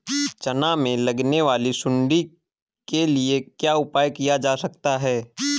चना में लगने वाली सुंडी के लिए क्या उपाय किया जा सकता है?